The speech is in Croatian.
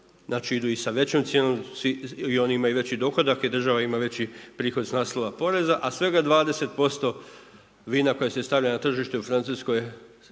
znači idu i sa većom cijenom i oni imaju veći dohodak i država ima veći prihod s naslova poreza, a svega 20% vina koja se stavlja na tržište u Francuskoj